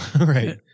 Right